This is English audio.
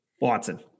Watson